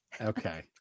Okay